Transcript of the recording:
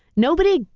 nobody.